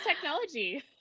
technology